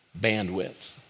bandwidth